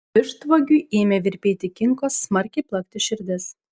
vištvagiui ėmė virpėti kinkos smarkiai plakti širdis